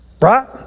right